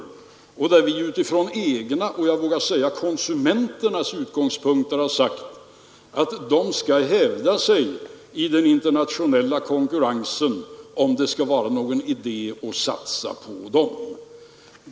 Vi har utifrån egna och, vågar jag säga, konsumenternas utgångspunkter sagt att de industrierna skall hävda sig i den internationella konkurrensen, om det skall vara någon idé att satsa på dem.